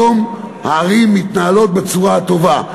היום הערים מתנהלות בצורה טובה.